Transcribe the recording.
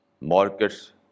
markets